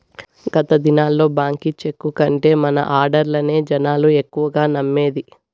గత దినాల్ల బాంకీ చెక్కు కంటే మన ఆడ్డర్లనే జనాలు ఎక్కువగా నమ్మేది